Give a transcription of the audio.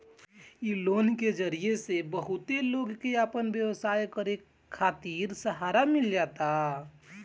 इ लोन के जरिया से बहुते लोग के आपन व्यवसाय करे खातिर सहारा मिल जाता